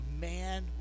man